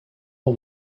but